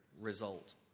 result